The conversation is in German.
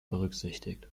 berücksichtigt